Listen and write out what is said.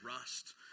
rust